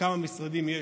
כמה משרדים יש,